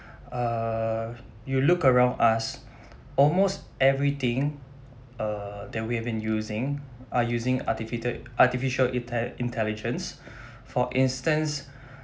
uh you look around us almost everything uh that we have been using are using artifital artificial intel~ intelligence for instance